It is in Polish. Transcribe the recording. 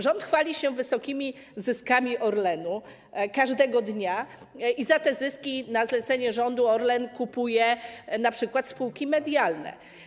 Rząd chwali się wysokimi zyskami Orlenu każdego dnia i za te zyski na zlecenie rządu Orlen kupuje np. spółki medialne.